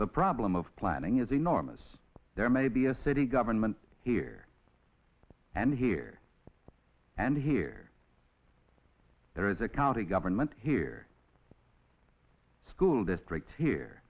the problem of planning is enormous there may be a city government here and here and here there is a county government here school district here